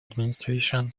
administration